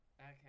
Okay